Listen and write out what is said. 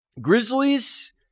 Grizzlies